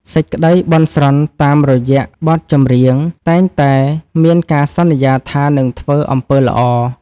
សេចក្ដីបន់ស្រន់តាមរយៈបទចម្រៀង តែងតែមានការសន្យាថានឹងធ្វើអំពើល្អ។